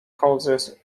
causes